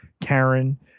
Karen